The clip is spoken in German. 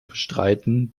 bestreiten